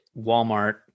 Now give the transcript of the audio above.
Walmart